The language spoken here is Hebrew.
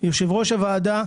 יושב-ראש הוועדה,